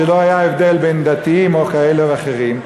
כשלא היה הבדל בין דתיים או כאלה ואחרים,